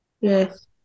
Yes